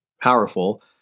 powerful